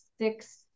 six